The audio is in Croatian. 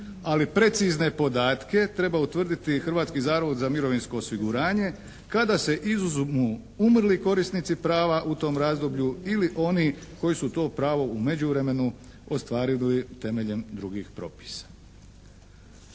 ali precizne podatke treba utvrditi Hrvatski zavod za mirovinsko osiguranje kada se izuzmu umrli korisnici prava u tom razdoblju ili oni koji su to pravo u međuvremenu ostvarili temeljem drugih propisa.